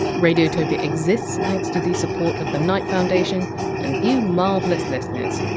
radiotopia exists thanks to the support of the knight foundation and you marvellous listeners.